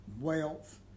wealth